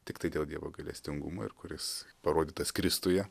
tiktai dėl dievo gailestingumo ir kuris parodytas kristuje